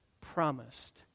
promised